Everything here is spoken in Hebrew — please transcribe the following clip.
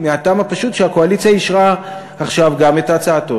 מהטעם הפשוט שהקואליציה אישרה עכשיו שהצעתו